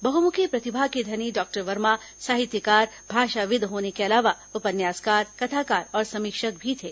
बहुमुखी प्रतिभा के धनी डॉक्टर वर्मा साहित्यकार भाषाविद् होने के अलावा उपन्यास कथाकार और समीक्षक भी थे